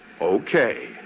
okay